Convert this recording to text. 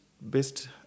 best